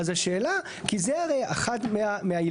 אז השאלה, כי זה הרי אחת מהעילות.